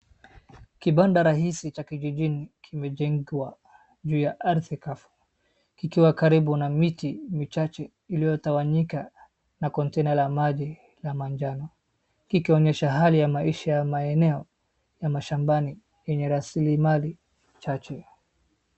Kibanda rahisi cha kijijini kimejengwa juu ya ardhi kavu kikiwa karibu na miti michache iliyotawanyika na container la maji la majano. Kikionyesha hali ya maisha ya maeneo ya mashambani yenye raslimali chache.